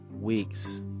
weeks